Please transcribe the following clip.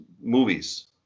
movies